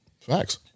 Facts